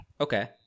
Okay